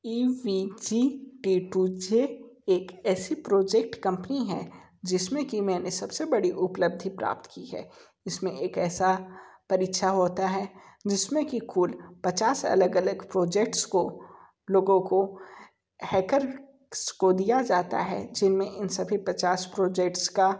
इ वी जी टै टू छे एक ऐसी प्रोजेक्ट कम्पनी है जिस में कि मैंने सब से बड़ी उपलब्धि प्राप्त की है इस में एक ऐसा परीक्षा होती है जिस में की कुल पचास अलग अलग प्रोजेक्ट्स को लोगों को हैकरस को दिया जाता है जिन में सभी पचास प्रोजेक्ट्स का